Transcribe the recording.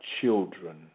children